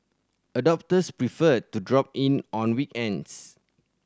adopters prefer to drop in on weekends